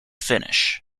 finish